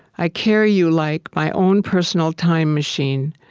i carry you like my own personal time machine,